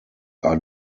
are